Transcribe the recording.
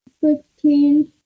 Fifteen